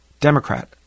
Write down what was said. Democrat